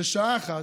לשעה אחת,